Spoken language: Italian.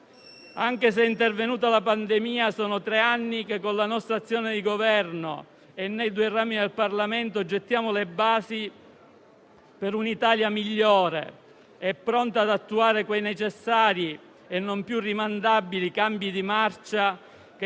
Anche se è intervenuta la pandemia, da tre anni, con la nostra azione di Governo nei due rami del Parlamento gettiamo le basi per un'Italia migliore e pronta ad attuare quei necessari e non più rimandabili cambi di marcia che